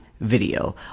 video